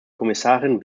kommissarin